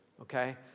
Okay